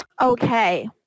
Okay